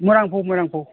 ꯃꯣꯏꯔꯥꯡ ꯐꯧ ꯃꯣꯏꯔꯥꯡ ꯐꯧ